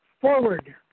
forward